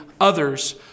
others